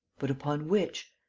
but upon which?